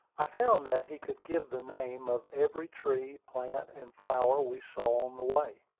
i found that he could give the name of every tree, plant, and flower we saw on the way.